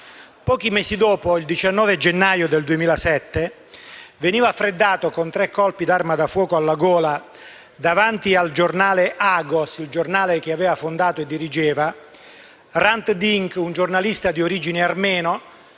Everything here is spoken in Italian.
Pochi mesi dopo, il 19 gennaio del 2007, veniva freddato con tre colpi d'arma da fuoco alla gola, davanti al giornale «Agos», che aveva fondato e dirigeva, Hrant Dink, un giornalista di origine armena